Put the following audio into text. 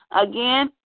Again